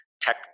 tech